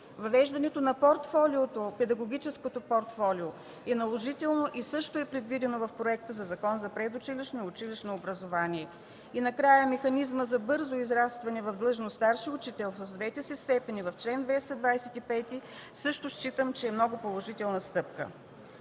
Въвеждането на педагогическото портфолио е наложително и също е предвидено в Проекта за закон в предучилищно и училищно образование. Накрая. Мисля, че механизмът за бързо израстване в длъжност „старши учител” с двете си степени – в чл. 225, е много положителна стъпка.